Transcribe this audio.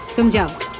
them. go!